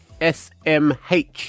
SMH